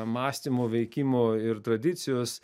mąstymo veikimo ir tradicijos